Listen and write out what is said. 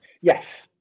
yes